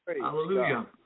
Hallelujah